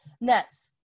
Next